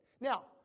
Now